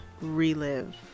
relive